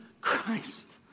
Christ